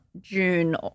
June